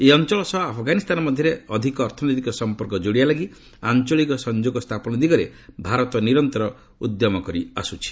ଏହି ଅଞ୍ଚଳ ସହ ଆଫ୍ଗାନିସ୍ତାନ ମଧ୍ୟରେ ଅଧିକ ଅର୍ଥନୈତିକ ସମ୍ପର୍କ ଯୋଡ଼ିବା ଲାଗି ଆଞ୍ଚଳିକ ସଂଯୋଗ ସ୍ଥାପନ ଦିଗରେ ଭାରତ ନିରନ୍ତର ଉଦ୍ୟମ କରି ଆସିଛି